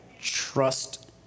trust